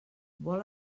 vol